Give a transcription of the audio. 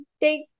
take